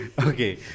Okay